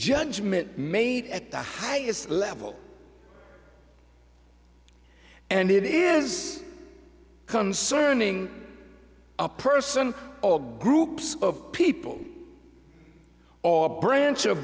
judgment made at the highest level and it is concerning a person or groups of people or branch of